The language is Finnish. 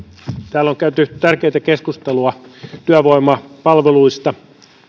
täällä on käyty tärkeätä keskustelua työvoimapalveluista